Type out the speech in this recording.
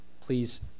please